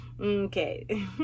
okay